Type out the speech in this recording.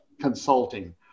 consulting